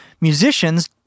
musicians